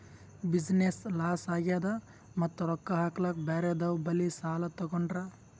business loss ಆಗ್ಯಾದ್ ಮತ್ತ ರೊಕ್ಕಾ ಹಾಕ್ಲಾಕ್ ಬ್ಯಾರೆದವ್ ಬಲ್ಲಿ ಸಾಲಾ ತೊಗೊಂಡ್ರ